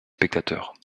spectateurs